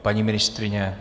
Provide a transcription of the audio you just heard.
Paní ministryně?